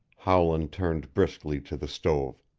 howland turned briskly to the stove.